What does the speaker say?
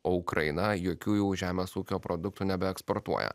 o ukraina jokių jau žemės ūkio produktų nebeeksportuoja